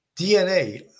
DNA